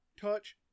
touch